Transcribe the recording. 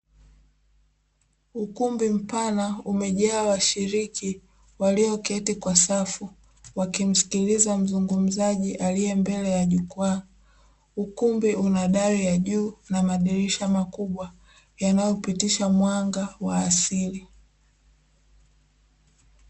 Ukumbi mpana umejaa washiriki walioketi kwa safu wakimsikiliza mzungumzaji aliye mbele ya jukwaa ukumbi una dali ya juu na madirisha makubwa yanayopitisha mwanga wa asili.